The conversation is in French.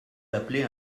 appelez